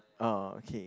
ah okay